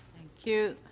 thank you.